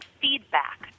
feedback